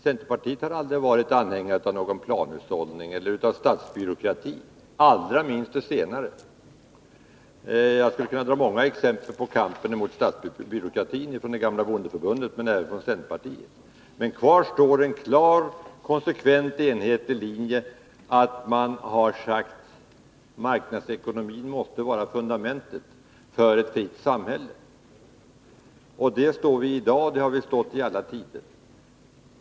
Centerpartiet har aldrig varit anhängare av planhushållning eller statsbyråkrati— allra minst det senare. Jag skulle kunna ge många exempel från gamla bondeförbundets men även centerpartiets kamp mot statsbyråkratin. Kvar står en klar, konsekvent och enhetlig linje: marknadsekonomin måste vara fundamentet för ett fritt samhälle. Det anser vi i dag, och det har vi ansett i alla tider.